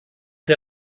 der